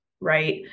right